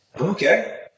okay